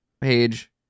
page